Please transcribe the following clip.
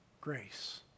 grace